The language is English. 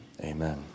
Amen